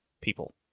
people